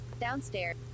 downstairs